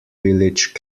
village